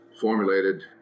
formulated